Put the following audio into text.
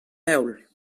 heol